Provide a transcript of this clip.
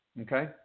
okay